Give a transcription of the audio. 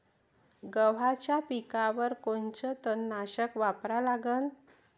गव्हाच्या पिकावर कोनचं तननाशक वापरा लागन?